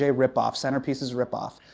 ah ripoff. centerpieces. ripoff.